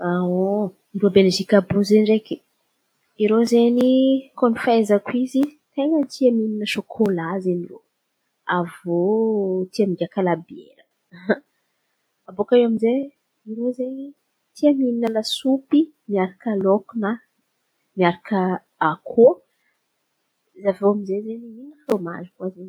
irô Belzika àby iô zen̈y ndraiky. Irô zen̈y ikoa ny fahaizako izy ten̈a tia mihin̈a sôkôlà zen̈y irô. Aviô tia migiaka labiera fo baka. bôka eo amizay, irô zen̈y tia mihin̈a lasopy miraka lôko na miaraka akôho. Izy aviô aminjay zen̈y mihin̈a frômazy koa zen̈y irô.